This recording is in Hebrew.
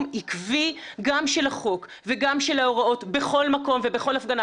עקבי גם של החוק וגם של ההוראות בכל מקום ובכל הפגנה.